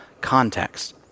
context